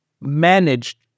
managed